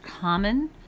common